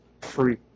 free